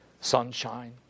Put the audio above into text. sunshine